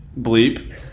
bleep